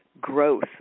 growth